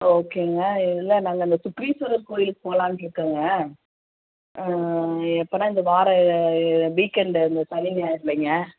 ஓகேங்க இல்லை நாங்கள் இந்த சுக்ரீஸ்வரர் கோவிலுக்கு போகலாம்ட்ருக்கோங்க ஆ எப்போன்னா இந்த வார வீக் எண்டு இந்த சனி ஞாயிறுலைங்க